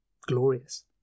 glorious